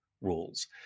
rules